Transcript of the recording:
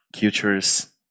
cultures